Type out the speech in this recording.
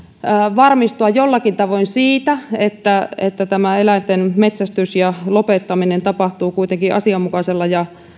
varmistua jollakin tavoin siitä että että eläinten metsästys ja lopettaminen tapahtuvat kuitenkin asianmukaisella ja